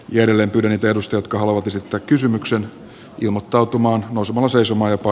geneven tuhdein perustelut kalvot esittää kysymyksen ilmottautuma osuma osui summa jopa